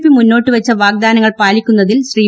P മുന്നോട്ട് വെച്ച വാഗ്ദാനങ്ങൾ പാലിക്കുന്നതിൽ ശ്രീ